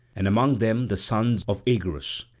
and among them the son of oeagrus,